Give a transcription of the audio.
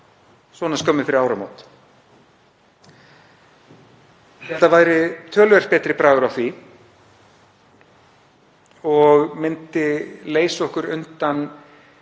svona skömmu fyrir áramót. Það væri töluvert betri bragur á því og myndi leysa okkur undan